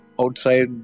outside